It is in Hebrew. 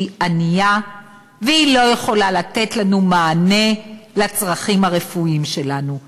שהיא ענייה ושהיא לא יכולה לתת לנו מענה לצרכים הרפואיים שלנו.